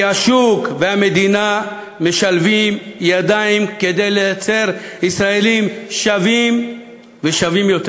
כי השוק והמדינה משלבים ידיים כדי לייצר ישראלים שווים ושווים יותר.